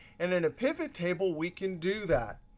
and in a pivot table, we can do that.